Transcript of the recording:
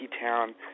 Town